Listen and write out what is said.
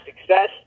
success